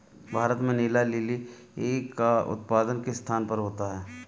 भारत में नीला लिली का उत्पादन किस स्थान पर होता है?